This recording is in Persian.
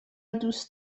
دوست